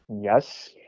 Yes